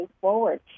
forward